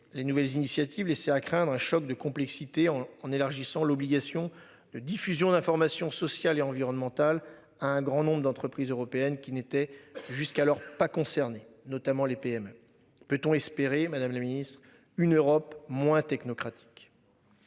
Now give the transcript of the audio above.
les nouvelles initiatives c'est à craindre un choc de complexité en en élargissant l'obligation de diffusion d'informations sociales et environnementales. Un grand nombre d'entreprises européennes qui n'était jusqu'alors pas concernés notamment les PME. Peut-on espérer Madame la Ministre une Europe moins technocratique.